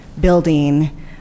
building